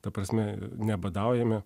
ta prasme nebadaujame